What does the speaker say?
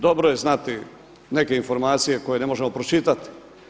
Dobro je znati neke informacije koje ne možemo pročitati.